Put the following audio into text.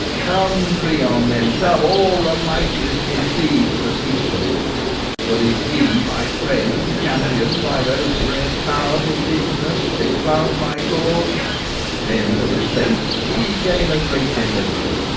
come creon then, come all the mightiest in thebes to seek me for if ye my friends, championed by those dread powers indigenous, espouse my cause then for the state ye gain a great deliverer,